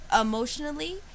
emotionally